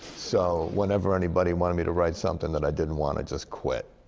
so, whenever anybody wanted me to write something that i didn't want, i just quit.